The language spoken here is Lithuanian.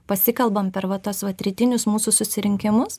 pasikalbam per va tuos vat rytinius mūsų susirinkimus